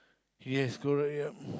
yes correct yup